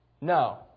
No